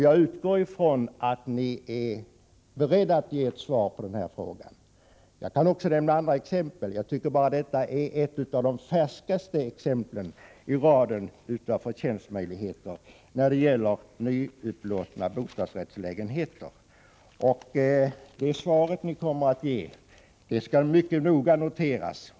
Jag utgår ifrån att ni är beredda ge ett svar på den här frågan. Jag kan naturligtvis lämna fler exempel, men detta är ett av de färskaste exemplen på vilka förtjänstmöjligheter som finns i raden av nyupplåtna bostadsrättslägenheter. Det svar ni kommer att ge skall noga noteras.